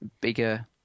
bigger